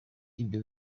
ibyo